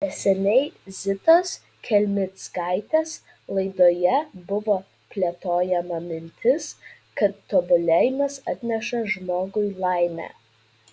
neseniai zitos kelmickaitės laidoje buvo plėtojama mintis kad tobulėjimas atneša žmogui laimę